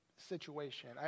situation